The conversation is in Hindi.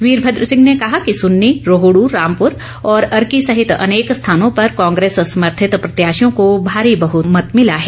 वीरभद्र सिंह ने कहा कि सुन्नी रोहडू रामपुर और अर्की सहित अनेक स्थानों पर कांग्रेस समर्थित प्रत्याशियों को भारी बहुमत मिला है